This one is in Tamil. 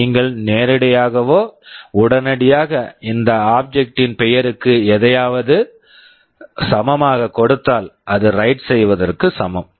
நீங்கள் நேரிடையாகவே உடனடியாக அந்த ஆப்ஜெக்ட் object ன் பெயருக்கு எதையாவது சமமாகக் கொடுத்தால் அது வ்ரைட் write செய்வதற்கு சமம்